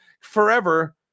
forever